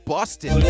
Boston